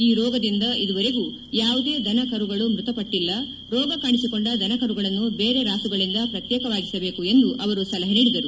ಈ ರೋಗದಿಂದ ಇದುವರೆಗೂ ಯಾವುದೇ ದನ ಕರುಗಳು ಮ್ಮತಪಟ್ಟಿ ಲ್ಲ ರೋಗ ಕಾಣಿಸಿಕೊಂಡ ದನ ಕರುಗಳನ್ನು ಬೇರೆ ರಾಸುಗಳಿಂದ ಪ್ರತ್ಯೇಕವಾಗಿಸಬೇಕು ಎಂದು ಅವರು ಸಲಹೆ ನೀಡಿದರು